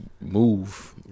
move